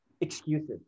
excuses